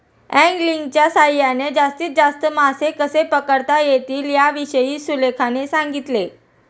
अँगलिंगच्या सहाय्याने जास्तीत जास्त मासे कसे पकडता येतील याविषयी सुलेखाने सांगितले